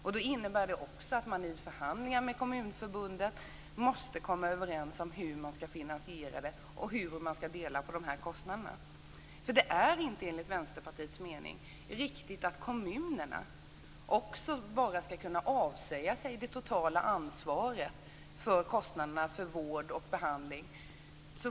Det innebär att man i förhandlingar med Kommunförbundet måste komma överens om finansieringen och om hur kostnaderna skall delas. Enligt Vänsterpartiet är det inte riktigt att en kommun så fort man har en missbrukare som har hamnat i fängelse bara skall kunna avsäga sig det totala ansvaret för kostnaderna för vård och behandling.